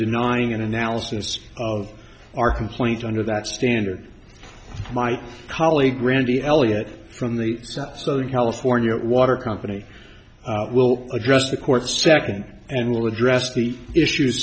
denying an analysis of our complaint under that standard my colleague randy elliott from the southern california water company will address the court second and will address the issues